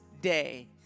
day